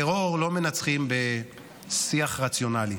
טרור לא מנצחים בשיח רציונלי,